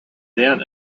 then